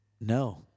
no